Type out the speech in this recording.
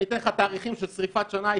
אני אתן לך תאריכים של שריפת שנאי.